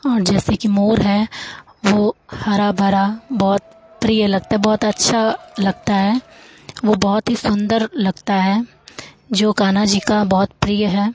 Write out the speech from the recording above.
और जैसे कि मोर है वो हरा भरा बहुत प्रिय लगता बहुत अच्छा लगता है वो बहुत ही सुन्दर लगता है जो कान्हा जी का बहुत प्रिय है